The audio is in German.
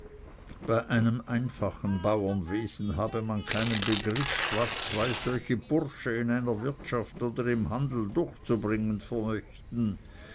bei einem einfachen bauernwesen habe man keinen begriff was zwei solche bursche in einer wirtschaft oder im handel durchzubringen